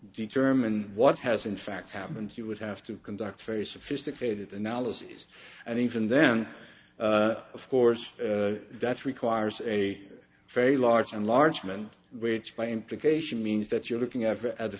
determine what has in fact happened you would have to conduct very sophisticated analyses and even then of course that requires a very large and large men which by implication means that you're looking at a